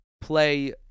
play